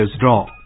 draw